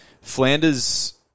Flanders